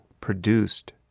produced